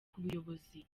buyobozi